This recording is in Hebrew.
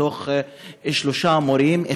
מכל שלושה מורים,